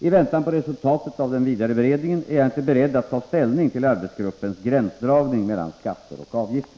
I väntan på resultatet av den vidare beredningen är jag inte beredd att ta ställning till arbetsgruppens gränsdragning mellan skatter och avgifter.